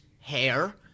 hair